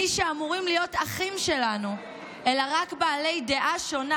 מי שאמורים להיות אחים שלנו רק בעלי דעה שונה,